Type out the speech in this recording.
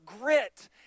grit